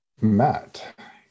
Matt